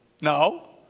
No